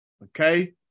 Okay